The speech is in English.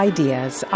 Ideas